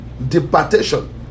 Departation